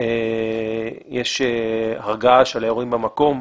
יש הרגעה של האירועים במקום.